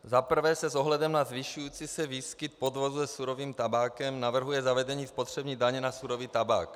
Za prvé se s ohledem na zvyšující se výskyt podvodů se surovým tabákem navrhuje zavedení spotřební daně na surový tabák.